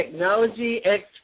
Technology